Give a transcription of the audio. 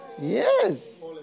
Yes